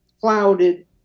clouded